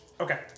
Okay